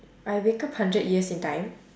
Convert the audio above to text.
I wake up hundred years in time